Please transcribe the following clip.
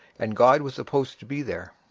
and god was supposed to be there.